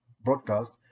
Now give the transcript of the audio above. broadcast